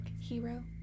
hero